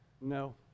No